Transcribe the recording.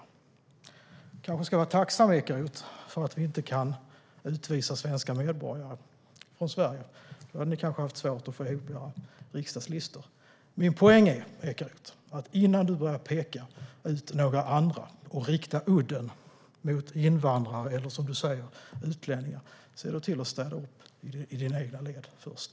Du kanske ska vara tacksam, Ekeroth, för att vi inte kan utvisa svenska medborgare från Sverige. Då hade ni kanske haft svårt att få ihop era riksdagslistor. Min poäng är: Innan du börjar peka ut andra och rikta udden mot invandrare, eller utlänningar, som du säger, se då till att städa upp i era egna led först.